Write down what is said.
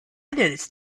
noticed